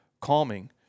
calming